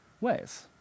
ways